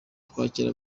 twakira